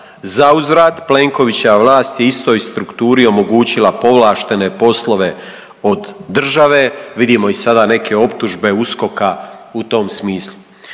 Za uzvrat Plenkovićeva vlast je istoj strukturi omogućila povlaštene poslove od države. Vidimo i sada neke optužbe USKOK-a u tom smislu.